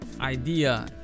idea